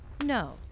No